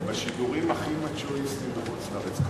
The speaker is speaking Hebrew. בשידורים הכי מצ'ואיסטיים בחוץ-לארץ,